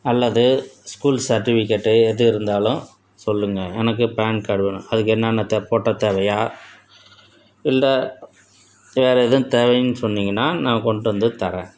அல்லது school certificate எது இருந்தாலும் சொல்லுங்கள் எனக்கு பேன் கார்டு வேணும் அதுக்கு என்னென்னத் தே போட்டோ தேவையா இல்லை வேற எதும் தேவைன்னு சொன்னீங்கன்னால் நான் கொண்டுட்டு வந்து தரேன்